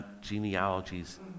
genealogies